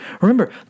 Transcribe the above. Remember